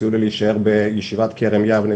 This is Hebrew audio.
הציעו לי להישאר בישיבת "כרם יבנה",